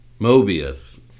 Mobius